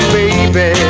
baby